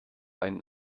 einen